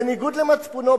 בניגוד למצפונו,